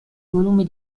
volumi